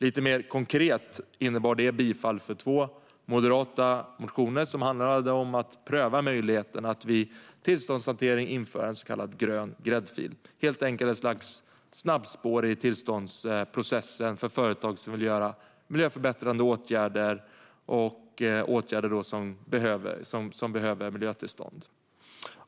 Lite mer konkret innebar det bifall för två moderata motioner som handlade om att pröva möjligheten att vid tillståndshantering införa en så kallad grön gräddfil. Det är helt enkelt ett slags snabbspår i tillståndsprocessen för företag som vill göra miljöförbättrande åtgärder som behöver miljötillstånd.